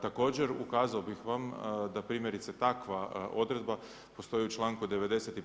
Također, ukazao bih vam da primjerice takva odredba postoji u članku 95.